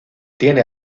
tiene